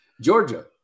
Georgia